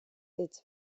its